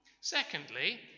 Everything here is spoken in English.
Secondly